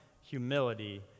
humility